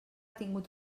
tingut